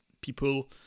people